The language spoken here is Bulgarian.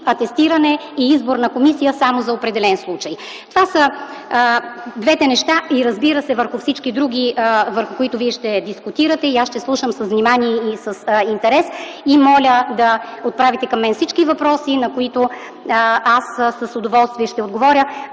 атестиране и избор на комисия само за определен случай. Това са двете неща. Всички други неща, които ще дискутирате, аз ще слушам с внимание и интерес. Моля да отправите към мен всички въпроси, на които с удоволствие ще отговоря,